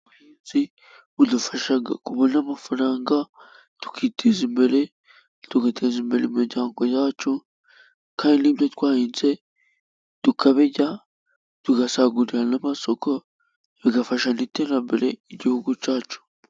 Ubuhinzi budufasha kubona amafaranga tukiteza imbere, tugateza imbere imiryango yacu, kandi n'ibyo twahinze tukabirya, tugasagurira n'amasoko bigafasha iterambere ry'igihugu cyacu.